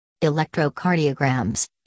Electrocardiograms